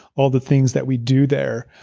all the things that we do there.